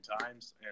times